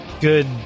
good